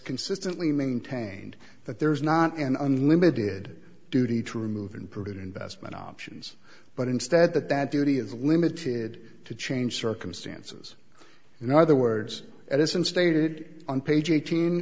consistently maintained that there is not an unlimited duty to remove in parade investment options but instead that that duty is limited to change circumstances in other words it isn't stated on page eighteen